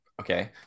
okay